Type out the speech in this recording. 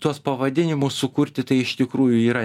tuos pavadinimus sukurti tai iš tikrųjų yra